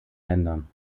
ländern